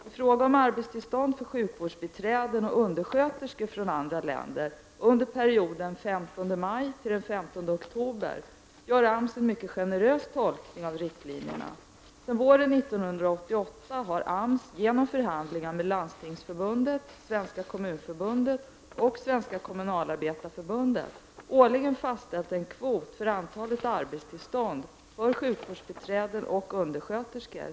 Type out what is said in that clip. I fråga om arbetstillstånd för sjukvårdsbiträden och undersköterskor från andra länder under perioden den 15 maj - den 15 oktober gör AMS en mycket generös tolkning av riktlinjerna. Sedan våren 1988 har AMS genom förhandlingar med Landstingsförbundet, Svenska kommunförbundet och Svenska kommunalarbetareförbundet årligen fastställt en kvot för antalet arbetstillstånd för sjukvårdsbiträden och undersköterskor.